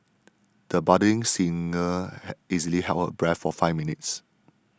the budding singer easily held her breath for five minutes